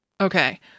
Okay